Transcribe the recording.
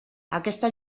aquesta